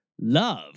love